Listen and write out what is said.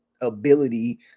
ability